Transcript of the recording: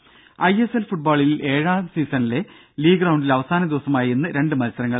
രുര I S L ഫുട്ബോളിൽ ഏഴാം സീസണിലെ ലീഗ് റൌണ്ടിൽ അവസാനദിനമായ ഇന്ന് രണ്ട് മത്സരങ്ങൾ